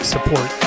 Support